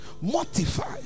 Mortify